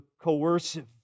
coercive